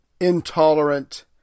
intolerant